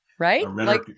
right